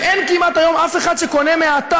ואין כמעט היום אף אחד שקונה מהאתר